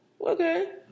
okay